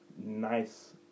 nice